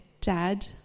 Dad